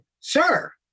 Sir